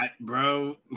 bro